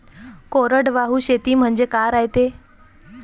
कोरडवाहू शेती म्हनजे का रायते?